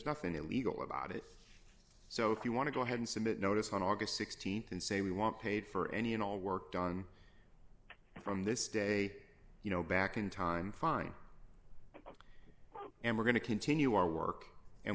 nothing illegal about it so if you want to go ahead and sign that notice on august th and say we want paid for any and all worked on from this day you know back in time fine and we're going to continue our work and